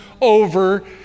over